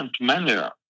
manner